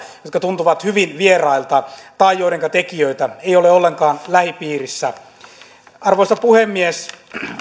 jotka tuntuvat hyvin vierailta tai joidenka tekijöitä ei ole ollenkaan lähipiirissä arvoisa puhemies